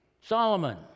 Solomon